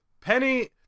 Penny